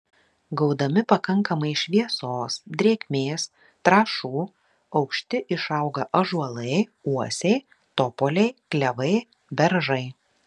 gaudami pakankamai šviesos drėgmės trąšų aukšti išauga ąžuolai uosiai topoliai klevai beržai